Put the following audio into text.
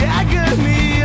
agony